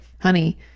honey